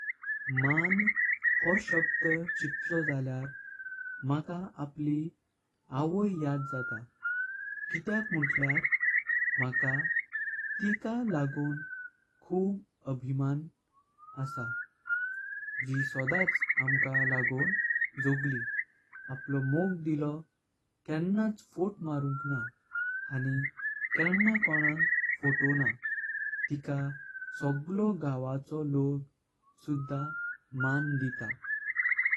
मानो शबधचित्तलो जालयार माका आपली आवई याद जात। कित्याक मुन्तल्यार माका तिका लागों हुल अभिमान आसां जी सोडाच। आमका लागों जागली आपलो मोग दिलो केन्नाच फोट मारुंक ना हानूं केंना कोणांक फोटोना तिका सोगलो गावचो लोक सुधा मान दीता।